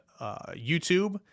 YouTube